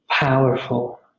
Powerful